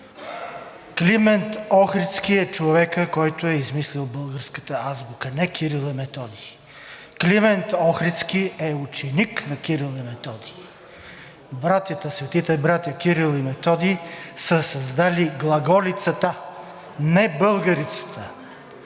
Климент Охридски е човекът, който е измислил българската азбука, а не Кирил и Методий. Климент Охридски е ученик на Кирил и Методий. Светите братя Кирил и Методий са създали глаголицата, не българицата.